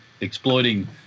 exploiting